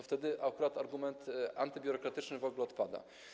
Wtedy akurat argument antybiurokratyczny w ogóle odpada.